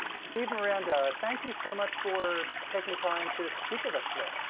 steve miranda, thank you so much for taking time to speak with us today.